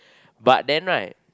but then right